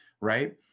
right